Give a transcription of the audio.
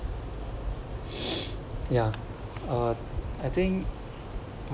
ya uh I think